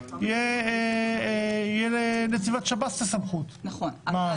אלא לנציבת שב"ס תהיה את הסמכות.